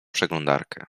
przeglądarkę